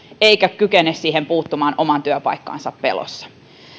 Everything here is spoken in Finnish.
eikä kykene siihen puuttumaan oman työpaikkansa pelossa